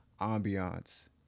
ambiance